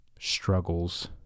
struggles